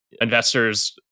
investors